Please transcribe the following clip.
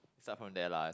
start from there lah